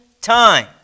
time